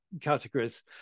categories